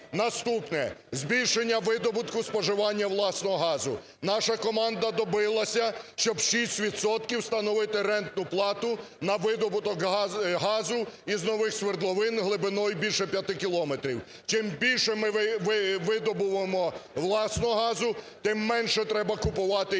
Наступне: збільшення видобутку і споживання власного газу. Наша команда добилася, щоб 6 відсотків встановити рентну плату на видобуток газу із нових свердловин глибиною більше 5 кілометрів. Чим більше ми видобуваємо власного газу, тим менше треба купувати